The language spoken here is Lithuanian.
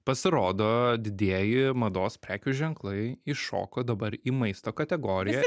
pasirodo didieji mados prekių ženklai iššoko dabar į maisto kategoriją